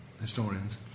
historians